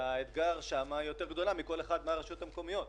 שהאתגר שם גדול יותר מאשר בכל אחת מן הרשויות המקומיות.